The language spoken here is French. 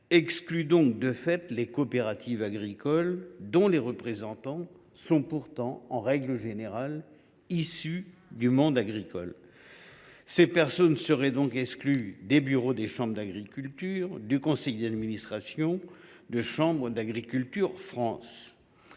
exclut de fait les coopératives agricoles, dont les représentants sont pourtant, en règle générale, issus du monde agricole. Ces personnes seraient donc exclues des bureaux des chambres d’agriculture et du conseil d’administration de Chambres d’agriculture France.